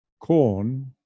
corn